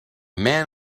man